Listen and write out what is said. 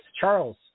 Charles